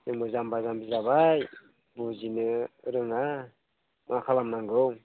जोंबो जाम्बा जाम्बि जाबाय बुजिनो रोङा मा खालामनांगौ